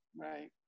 Right